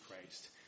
Christ